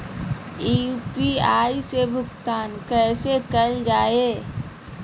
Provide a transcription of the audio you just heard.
UPI से भुगतान कैसे कैल जहै?